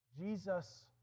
Jesus